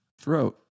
throat